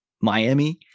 Miami